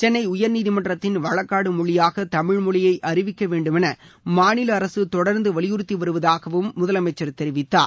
சென்னை உயர்நீதிமன்றத்தின் வழக்காடு மொழியாக தமிழ் மொழியை அறிவிக்க வேண்டுமென மாநில அரசு தொடர்ந்து வலியுறுத்தி வருவதாகவும் முதலமைச்சர் தெரிவித்தார்